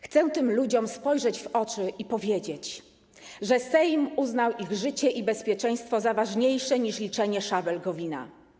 Chcę tym ludziom spojrzeć w oczy i powiedzieć, że Sejm uznał ich życie i bezpieczeństwo za ważniejsze niż liczenie szabel Gowina.